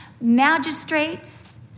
magistrates